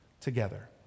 together